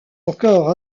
encore